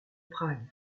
prague